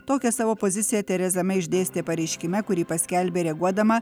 tokią savo poziciją tereza mei išdėstė pareiškime kurį paskelbė reaguodama